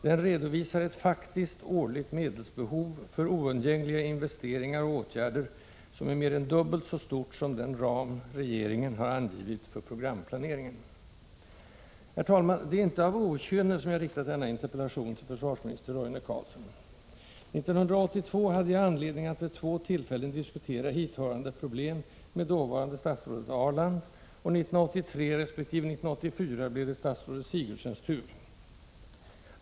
Den redovisar ett faktiskt årligt medelsbehov för oundgängliga investeringar och åtgärder som är mer än dubbelt så stort som den ram regeringen angivit för programplaneringen. Herr talman! Det är inte av okynne som jag riktat denna interpellation till försvarsminister Roine Carlsson. 1982 hade jag anledning att vid två tillfällen diskutera hithörande problem med dåvarande statsrådet Ahrland, och 1983 resp. 1984 blev det statsrådet Sigurdsens tur.